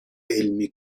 علمی